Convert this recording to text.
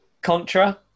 contra